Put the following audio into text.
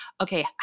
Okay